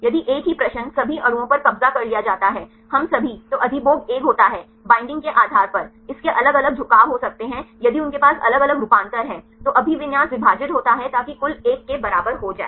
यदि एक ही प्रश्न सभी अणुओं पर कब्जा कर लिया जाता है हम सभी तो अधिभोग 1 होता है बाइंडिंग के आधार पर इसके अलग अलग झुकाव हो सकते हैं यदि उनके पास अलग अलग रूपांतर हैं तो अभिविन्यास विभाजित होता है ताकि कुल 1 के बराबर हो जाए